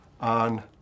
on